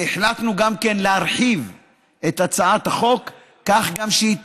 החלטנו גם להרחיב את הצעת החוק כך שהיא